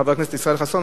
חבר הכנסת ישראל חסון,